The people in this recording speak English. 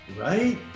Right